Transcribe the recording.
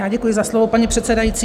Já děkuji za slovo, paní předsedající.